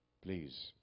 please